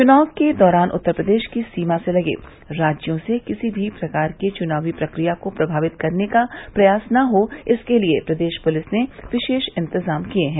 चुनाव के दौरान उत्तर प्रदेश की सीमा से लगे राज्यों से किसी भी प्रकार से चुनावी प्रक्रिया को प्रभावित करने का प्रयास न हो इसके लिये प्रदेश पुलिस ने विशेष इंतजाम किये हैं